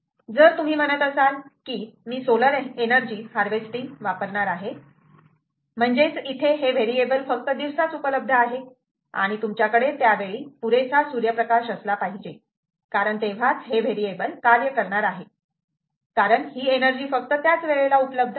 जर तुम्ही म्हणत असाल की मी सोलर एनर्जी हार्वेस्टिंग वापरणार आहे म्हणजेच इथे हे व्हेरिएबल फक्त दिवसाच उपलब्ध आहे आणि तुमच्याकडे त्यावेळी पुरेसा सूर्यप्रकाश असला पाहिजे कारण तेव्हाच हे व्हेरिएबल कार्य करणार आहे कारण ही एनर्जी फक्त त्याच वेळेला उपलब्ध आहे